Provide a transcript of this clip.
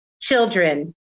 children